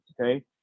okay